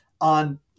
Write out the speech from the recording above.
on